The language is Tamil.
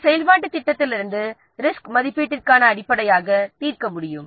இந்த செயல்பாட்டுத் திட்டத்திலிருந்து ரிசோர்ஸ் மதிப்பீட்டிற்கான அடிப்படையை தீர்க்க முடியும்